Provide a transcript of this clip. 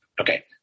Okay